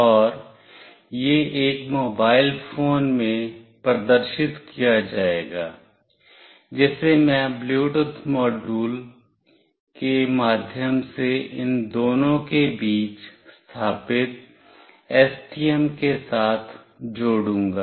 और यह एक मोबाइल फोन में प्रदर्शित किया जाएगा जिसे मैं ब्लूटूथ मॉड्यूल के माध्यम से इन दोनों के बीच स्थापित STM के साथ जोड़ूंगा